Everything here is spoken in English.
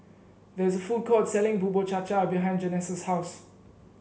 there is a food court selling Bubur Cha Cha behind Janessa's house